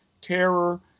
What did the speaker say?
terror